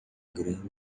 grama